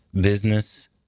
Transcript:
business